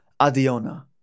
Adiona